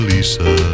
Lisa